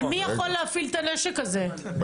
להפעיל את הנשק הזה?